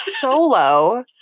solo